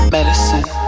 Medicine